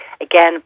Again